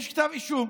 יש כתב אישום,